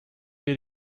hier